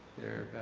they are about